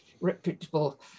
reputable